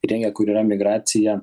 įrengę kur yra migracija